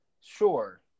Sure